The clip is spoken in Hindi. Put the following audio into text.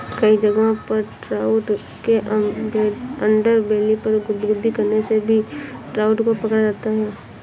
कई जगहों पर ट्राउट के अंडरबेली पर गुदगुदी करने से भी ट्राउट को पकड़ा जाता है